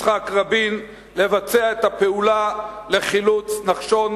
יצחק רבין לבצע את הפעולה לחילוץ נחשון